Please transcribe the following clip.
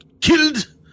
killed